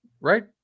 right